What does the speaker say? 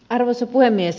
arvoisa puhemies